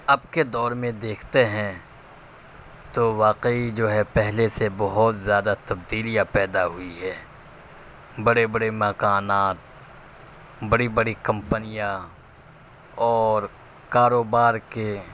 اب کے دور میں دیکھتے ہیں تو واقعی جو ہے پہلے سے بہت زیادہ تبدیلیاں پیدا ہوئی ہے بڑے بڑے مکانات بڑی بڑی کمپنیاں اور کاروبار کے